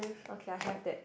okay I have that